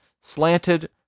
slanted